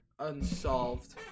unsolved